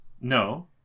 no